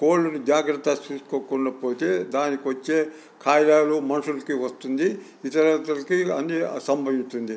కోళ్ళను జాగ్రత్తగా చూసుకోకుండా పోతే దానికి వచ్చే కార్యాలు మనుషులకీ వస్తుంది ఇతరులకి అన్నీ సంభవిస్తుంది